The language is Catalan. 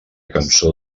cançó